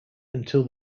until